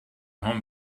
home